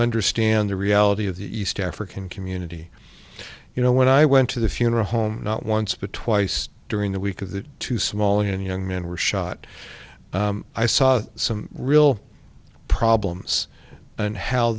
understand the reality of the east african community you know when i went to the funeral home not once but twice during the week of that too small and young men were shot i saw some real problems and how